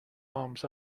arms